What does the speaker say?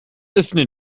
öffne